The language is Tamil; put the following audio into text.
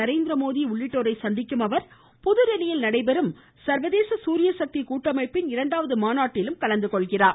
நரேந்திரமோடி உள்ளிட்டோரை சந்திக்கும் அவர் புதுதில்லியில் நடைபெறும் சர்வதேச சூரியசக்தி கூட்டமைப்பின் இரண்டாவது மாநாட்டிலும் கலந்து கொள்கிறார்